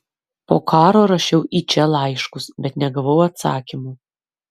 po karo rašiau į čia laiškus bet negavau atsakymų